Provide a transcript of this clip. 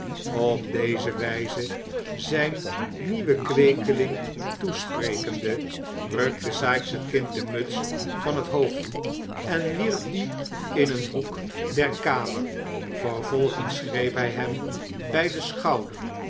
op deze wijze zijn nieuwen kweekeling toesprekende rukte sikes het kind de muts van het hoofd en wierp die in een hoek der kamer vervolgens greep hij hem bij den schouder